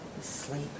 Sleep